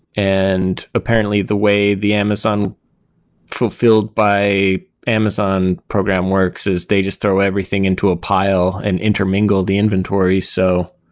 and apparently, the way the amazon fulfilled by amazon program works is they just throw everything into a pile and intermingle the inventory. so